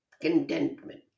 contentment